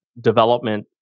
development